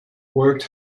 worked